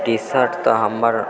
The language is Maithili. टीशर्ट तऽ हमर